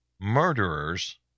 Murderers